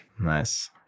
Nice